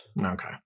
okay